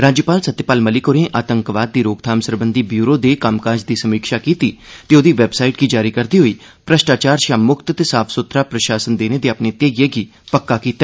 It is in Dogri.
राज्यपाल सत्यपाल मलिक होरें आतंकवाद दी रोकथाम सरबंधी ब्यूरो दे कम्मकाज दी समीक्षा कीती ते ओहदी वैबसाईट गी जारी करदे होई श्रष्टाचार शा मुक्त ते साफ सुथरा प्रशासन देने दे अपने ध्येइये गी पक्का कीता